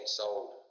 sold